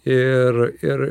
ir ir